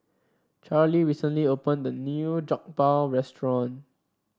Charly recently opened a new Jokbal restaurant